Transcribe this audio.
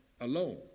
alone